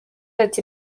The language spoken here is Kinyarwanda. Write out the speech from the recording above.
ati